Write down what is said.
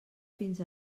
fins